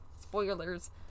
Spoilers